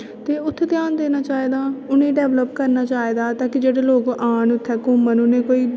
ते उत्थै घ्यान देना चाहिदा इन्हे गी डेवल्प करना चाहिदा ताकि जेहडे़ लोक आन इत्थे घूमन उंहेगी कोई